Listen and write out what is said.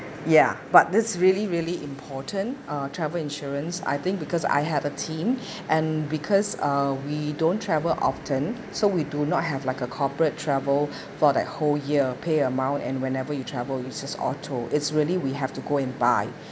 ya but this is really really important uh travel insurance I think because I have a team and because uh we don't travel often so we do not have like a corporate travel for like whole year pay amount and whenever you travel it's just auto it's really we have to go and buy